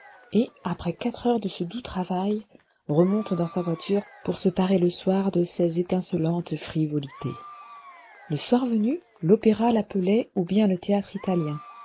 et après quatre heures de ce doux travail remonte dans sa voiture pour se parer le soir de ces étincelantes frivolités illustration entrée au théâtre le soir venu l'opéra l'appelait ou bien le